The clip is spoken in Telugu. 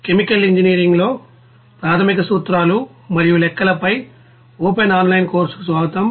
కెమికల్ ఇంజనీరింగ్లో ప్రాథమిక సూత్రాలు మరియు లెక్కలపై ఓపెన్ ఆన్లైన్ కోర్సుకు స్వాగతం